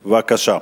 בבקשה.